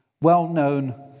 well-known